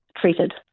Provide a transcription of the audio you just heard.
treated